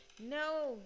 No